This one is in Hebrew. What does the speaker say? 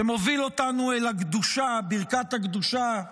שמוביל אותנו אל הקדושה, ברכת הקדושה,